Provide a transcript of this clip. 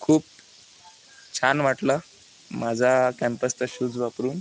खूप छान वाटलं माझा कँपसचा शूज वापरून